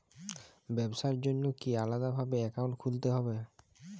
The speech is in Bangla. ব্যাবসার জন্য কি আলাদা ভাবে অ্যাকাউন্ট খুলতে হবে?